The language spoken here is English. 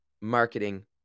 marketing